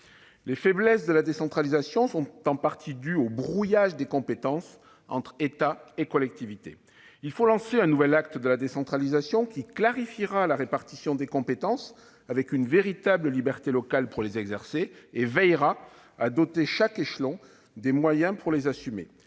Les faiblesses de la décentralisation sont en partie dues au brouillage des compétences entre État et collectivités. Il faut lancer un nouvel acte de la décentralisation qui clarifie la répartition des compétences, avec une véritable liberté locale quant à leur exercice, et veille à doter chaque échelon des moyens requis pour assumer